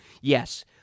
Yes